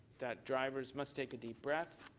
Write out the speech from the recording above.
that drivers must take a deep breath,